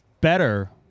better